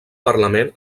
parlament